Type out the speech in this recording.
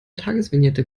tagesvignette